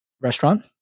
restaurant